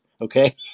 Okay